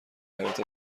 حیاط